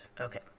Okay